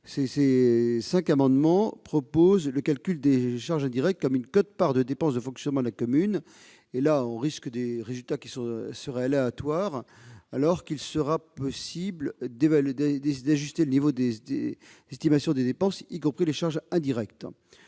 : ces amendements visent à proposer le calcul des charges indirectes comme une quote-part des dépenses de fonctionnement de la commune. On risque là d'avoir des résultats aléatoires, alors qu'il sera possible d'ajuster le niveau d'estimation des dépenses, y compris les charges indirectes.